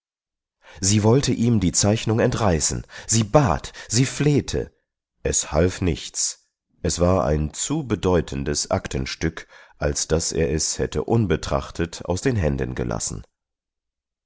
sie wollte ihm die zeichnung entreißen sie bat sie flehte es half nichts es war ein zu bedeutendes aktenstück als daß er es hätte unbetrachtet aus den händen gelassen